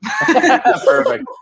Perfect